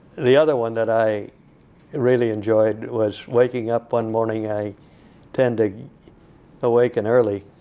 the other one that i really enjoyed was waking up one morning i tend to awaken early.